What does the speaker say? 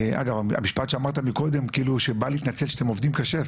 אבל המשפט שאמרת מקודם שבא להתנצל שאתם עובדים קשה,